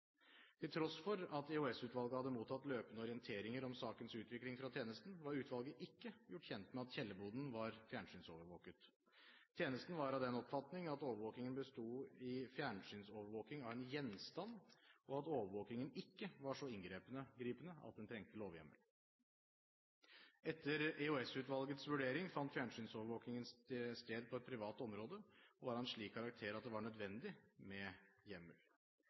Til tross for at EOS-utvalget hadde mottatt løpende orienteringer om sakens utvikling fra tjenesten, var utvalget ikke gjort kjent med at kjellerboden var fjernsynsovervåket. Tjenesten var av den oppfatning at overvåkingen besto i fjernsynsovervåking av en gjenstand, og at overvåkingen ikke var så inngripende at den trengte lovhjemmel. Etter EOS-utvalgets vurdering fant fjernsynovervåkingen sted på et privat område og var av en slik karakter at det var nødvendig med hjemmel.